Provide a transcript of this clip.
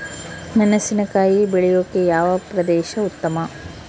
ಮೆಣಸಿನಕಾಯಿ ಬೆಳೆಯೊಕೆ ಯಾವ ಪ್ರದೇಶ ಉತ್ತಮ?